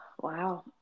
wow